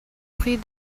prie